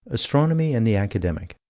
astronomy and the academic.